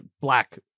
black